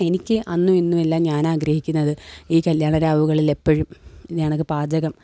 എനിക്ക് അന്നും ഇന്നും എല്ലാം ഞാനാഗ്രഹിക്കുന്നത് ഈ കല്യാണരാവുകളിലെപ്പോഴും ഇനിയാണെങ്കിൽ പാചകം